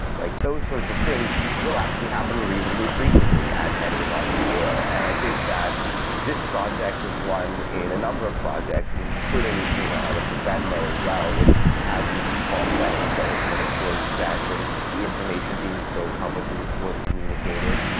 like those sorts of things will actually happen reasonably frequently at any large scale. and i think that this project was one in a number of projects including you know i looked at venmo as well, which had these default settings that were kind of poorly set and the information being exposed publicly was poorly communicated.